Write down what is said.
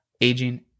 aging